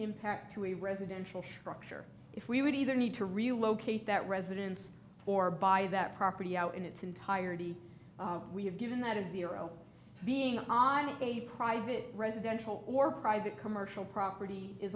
impact to a residential roger if we would either need to relocate that residence or buy that property out in its entirety we have given that is zero being on a private residential or private commercial property is